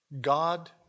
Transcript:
God